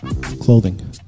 clothing